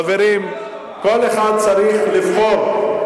חברים, זאת דוגמה לא טובה.